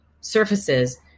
surfaces